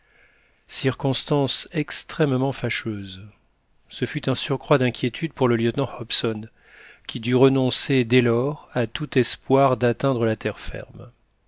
circonstance extrêmement fâcheuse ce fut un surcroît d'inquiétude pour le lieutenant hobson qui dut renoncer dès lors à tout espoir d'atteindre la terre ferme